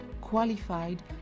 qualified